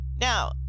Now